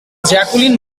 jacqueline